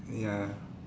ya